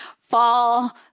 fall